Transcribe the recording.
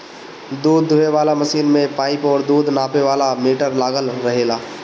दूध दूहे वाला मशीन में पाइप और दूध नापे वाला मीटर लागल रहेला